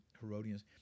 Herodians